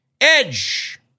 Edge